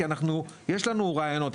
כי יש לנו ראיונות,